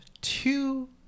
two